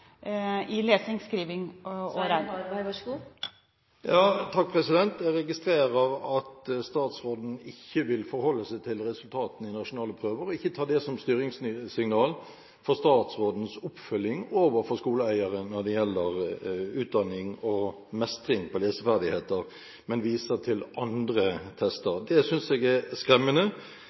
lesing, skriving og regning. Jeg registrerer at statsråden ikke vil forholde seg til resultatene i nasjonale prøver, og ikke tar det som styringssignal for sin oppfølging overfor skoleeiere når det gjelder utdanning og mestring i leseferdigheter, men viser til andre tester. Det synes jeg er skremmende.